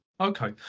Okay